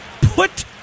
put